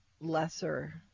lesser